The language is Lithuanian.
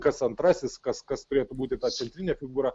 kas antrasis kas kas turėtų būti ta centrinė figūra